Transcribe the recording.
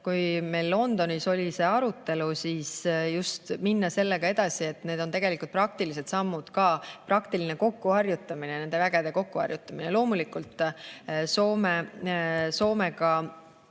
ole. Meil Londonis oli see arutelu, et just minna sellega edasi. Need on praktilised sammud ka, praktiline kokkuharjutamine, nende vägede kokkuharjutamine. Loomulikult, Soomega